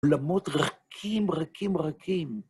למות רכים, רכים, רכים.